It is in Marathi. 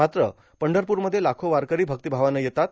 मात्र पंढरप्रमध्ये लाखो वारकरी भक्तीभावानं येतात